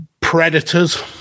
Predators